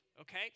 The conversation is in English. okay